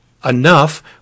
enough